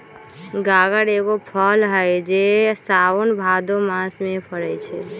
गागर एगो फल हइ जे साओन भादो मास में फरै छै